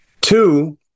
Two